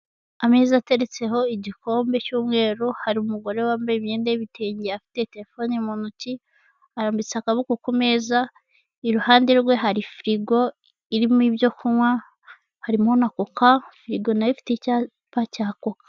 Ameza ateretseho igikombe cy'umweru, hari umugore wambaye imyenda y'ibitenge afite telefoni mu ntoki, arambitse akaboko ku meza, iruhande rwe hari firigo irimo ibyo kunywa, harimo na koka, firigo na yo ifite icyapa cya koka.